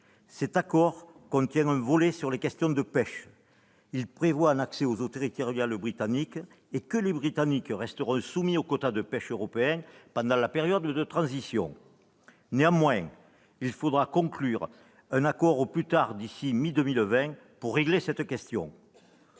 Cet accord, qui contient un volet sur les questions de pêche, prévoit un accès aux eaux territoriales britanniques, et les Britanniques resteront soumis aux quotas de pêche européens pendant la période de transition. Néanmoins, il faudra conclure un accord au plus tard d'ici à la mi-2020 pour régler cette question.